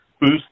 boost